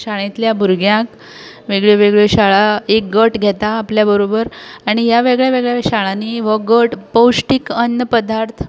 शाळेंतल्या भुरग्यांक वेगळ्यो वेगळ्यो शाळां एक गट घेता आपल्या बरोबर आनी ह्या वेगळ्या वेगळ्या शाळांनी हो गट पोश्टीक अन्न पदार्थ